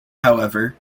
however